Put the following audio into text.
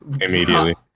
immediately